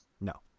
no